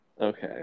okay